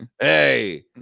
Hey